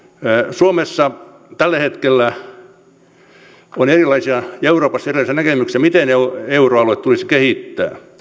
suomessa tällä hetkellä erilaisia näkemyksiä siitä miten euroaluetta tulisi kehittää